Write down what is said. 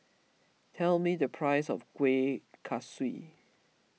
tell me the price of Kueh Kaswi